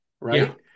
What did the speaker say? right